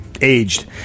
aged